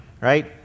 right